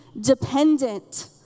dependent